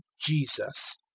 Jesus